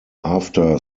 after